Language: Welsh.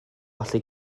allu